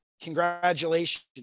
congratulations